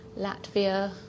Latvia